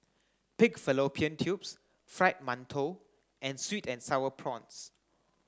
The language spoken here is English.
pig fallopian tubes fried mantou and sweet and sour prawns